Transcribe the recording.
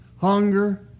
hunger